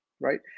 right